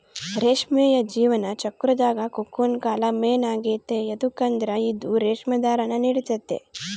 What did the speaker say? ರೇಷ್ಮೆಯ ಜೀವನ ಚಕ್ರುದಾಗ ಕೋಕೂನ್ ಕಾಲ ಮೇನ್ ಆಗೆತೆ ಯದುಕಂದ್ರ ಇದು ರೇಷ್ಮೆ ದಾರಾನ ನೀಡ್ತತೆ